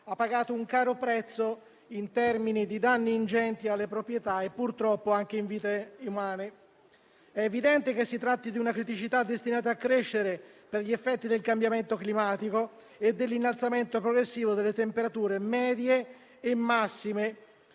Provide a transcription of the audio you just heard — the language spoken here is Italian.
ha pagato un caro prezzo in termini di danni ingenti alle proprietà e purtroppo anche in vite umane. È evidente che si tratti di una criticità destinata a crescere per gli effetti del cambiamento climatico e dell'innalzamento progressivo delle temperature medie e massime,